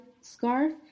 scarf